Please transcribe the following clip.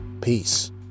peace